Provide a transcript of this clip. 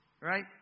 Right